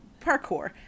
Parkour